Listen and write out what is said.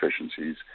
efficiencies